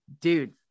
dude